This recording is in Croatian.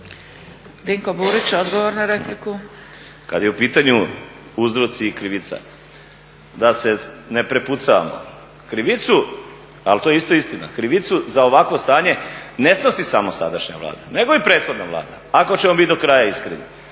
Dinko (HDSSB)** Da li je u pitanju uzroci i krivica? Da se ne prepucavamo. Krivicu, ali to je isto istina, krivicu za ovakvo stanje ne snosi samo sadašnja Vlada nego i prethodna Vlada ako ćemo biti do kraja iskreni.